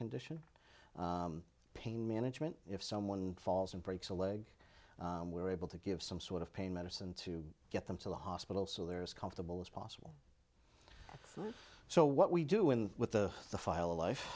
condition pain management if someone falls and breaks a leg we're able to give some sort of pain medicine to get them to the hospital so there is comfortable as possible so what we do in with the file a life